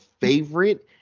favorite